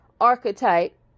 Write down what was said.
archetype